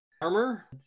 armor